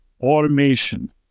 Automation